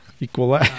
equal